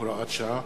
הוראת שעה),